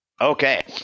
Okay